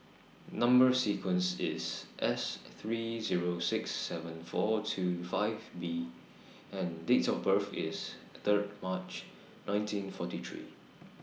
Number sequence IS S three Zero six seven four two five B and Date of birth IS Third March nineteen forty three